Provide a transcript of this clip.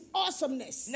awesomeness